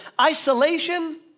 Isolation